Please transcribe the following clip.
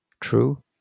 true